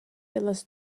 dallas